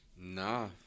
Nah